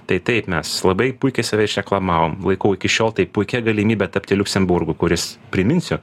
tai taip mes labai puikiai save išreklamavom laikau iki šiol tai puikia galimybe tapti liuksemburgo kuris priminsiu